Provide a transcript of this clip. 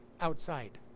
outside